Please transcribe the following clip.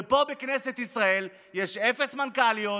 ופה בכנסת ישראל יש אפס מנכ"ליות,